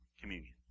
communion